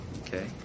okay